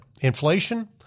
Inflation